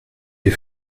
des